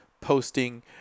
posting